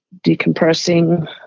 decompressing